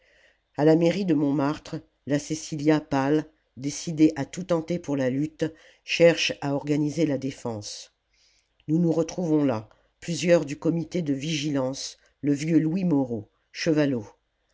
la mairie de montmartre la cecillia pâle décidé à tout tenter pour la lutte cherche à organiser la défense nous nous retrouvons là plusieurs du comité de vigilance le vieux louis moreau chevalot